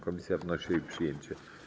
Komisja wnosi o jej przyjęcie.